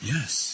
Yes